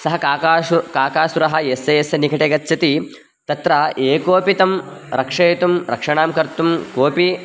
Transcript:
सः काकासुरः काकासुरः यस्य यस्य निकटे गच्छति तत्र एकोपि तं रक्षयितुं रक्षणं कर्तुं कोपि